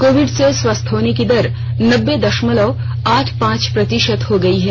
Covid से स्वस्थ होने की दर नब्बे दशमलव आठ पांच प्रतिशत हो गई है